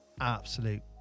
absolute